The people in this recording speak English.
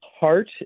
heart